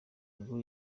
ngo